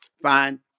Fine